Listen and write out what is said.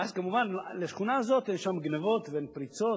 ואז כמובן בשכונה הזאת אין גנבות ואין פריצות,